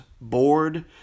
bored